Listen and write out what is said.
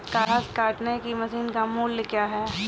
घास काटने की मशीन का मूल्य क्या है?